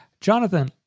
Jonathan